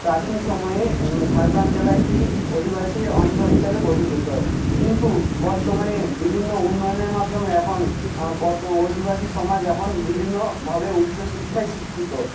প্রাচীন সময়ে ঝাড়গ্রাম জেলা একটি অধিবাসী অঞ্চল হিসাবে গঠিত তো কিন্তু বর্তমানে বিভিন্ন উন্নয়নের মাধ্যমে এখন অধিবাসী সমাজ এখন বিভিন্নভাবে উচ্চশিক্ষায় শিক্ষিত